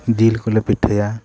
ᱡᱤᱞ ᱠᱚᱞᱮ ᱯᱤᱴᱷᱟᱹᱭᱟ